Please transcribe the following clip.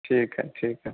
ठीक है ठीक है